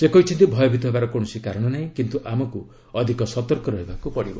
ସେ କହିଛନ୍ତି ଭୟଭିତ ହେବାର କୌଣସି କାରଣ ନାହିଁ କିନ୍ତୁ ଆମକୁ ଅଧିକ ସତର୍କ ରହିବାକୁ ପଡ଼ିବ